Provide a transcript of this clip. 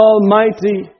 Almighty